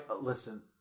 Listen